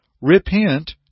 ...repent